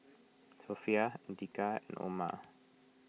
Sofea andika and Omar